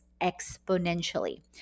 exponentially